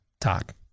Talk